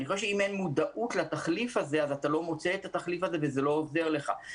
אם אין מודעות לתחליף הזה אז אתה לא מוצא את התחליף הזה וזה לא עוזר לך.